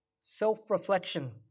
self-reflection